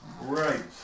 Right